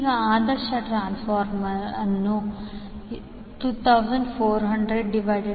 ಈಗ ಆದರ್ಶ ಟ್ರಾನ್ಸ್ಫಾರ್ಮರ್ ಅನ್ನು 2400120 ವಿ 9